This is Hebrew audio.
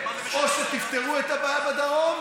או שתפתרו את הבעיה בדרום,